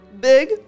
Big